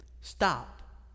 Stop